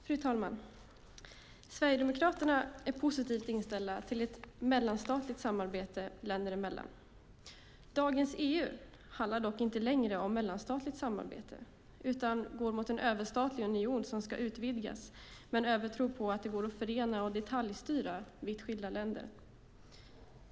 Fru talman! Sverigedemokraterna är positivt inställda till ett mellanstatligt samarbete, till ett samarbete länder emellan. Dagens EU handlar dock inte längre om mellanstatligt samarbete, utan dagens EU går mot en överstatlig union som ska utvidgas med en övertro på att det går att förena och detaljstyra vitt skilda länder.